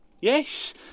Yes